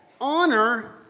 Honor